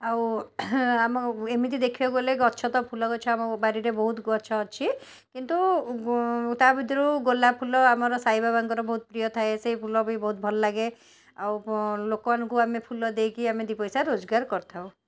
ଆଉ ଆମେ ଏମିତି ଦେଖିବାକୁଗଲେ ଗଛ ତ ଫୁଲଗଛ ଆମ ବାରିରେ ବହୁତ ଗଛ ଅଛି କିନ୍ତୁ ତାଭିତରୁ ଗୋଲାପ ଫୁଲ ଆମର ସାଇବାବାଙ୍କର ବହୁତ ପ୍ରିୟଥାଏ ସେଇ ଫୁଲ ବି ବହୁତଭଲଲାଗେ ଆଉ ଲୋକମାନଙ୍କୁ ଆମେ ଫୁଲ ଦେଇକି ଆମେ ଦୁଇପଇସା ରୋଜଗାର କରିଥାଉ